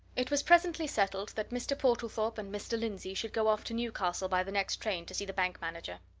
it was presently settled that mr. portlethorpe and mr. lindsey should go off to newcastle by the next train to see the bank manager.